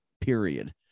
period